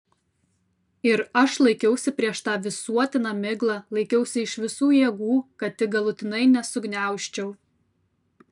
ir aš laikiausi prieš tą visuotiną miglą laikiausi iš visų jėgų kad tik galutinai nesugniaužčiau